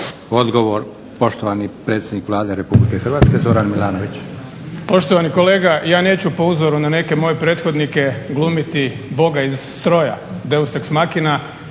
Odgovor poštovani predsjednik Vlade Republike Hrvatske Zoran Milanović. **Milanović, Zoran (SDP)** Poštovani kolega, ja neću po uzoru na neke moje prethodnike glumiti boga iz stroja, deus ex machina